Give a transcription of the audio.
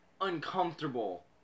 uncomfortable